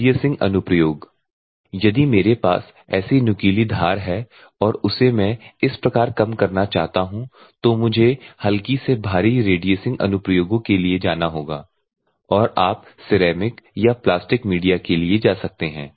रेडियसिंग अनुप्रयोग यदि मेरे पास ऐसी नुकीली धार है और उसे मैं इस प्रकार कम करना चाहता हूं तो मुझे हल्की से भारी रेडियसिंग अनुप्रयोग के लिए जाना होगा और आप सिरेमिक या प्लास्टिक मीडिया के लिए जा सकते हैं